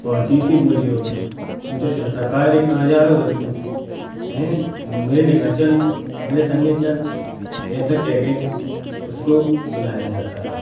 और देसी बोलियों मे पुछा जाता है का रे कहा जा रहे हो तू मेरे डिंगा चल मेरे संगे चल ऐसा कह के उसको बुलाया जाता है